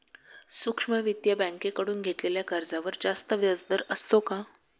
सूक्ष्म वित्तीय बँकेकडून घेतलेल्या कर्जावर जास्त व्याजदर असतो का?